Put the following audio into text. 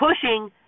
pushing